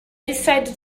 decided